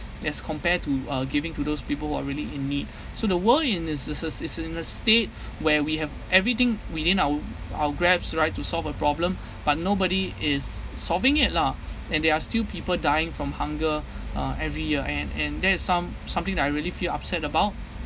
as compare to uh giving to those people who are really in need so the world in is in a state where we have everything within our our grasp right to solve a problem but nobody is solving it lah and they are still people dying from hunger uh every year and and that is some something that I really feel upset about